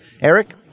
Eric